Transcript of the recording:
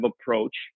approach